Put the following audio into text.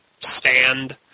stand